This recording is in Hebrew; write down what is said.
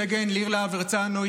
סגן ליר להב הרצנו,